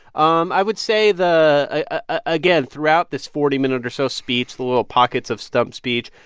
um i would say the ah again, throughout this forty minute or so speech, the little pockets of stump speech,